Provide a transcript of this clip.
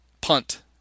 Punt